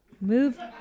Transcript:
Move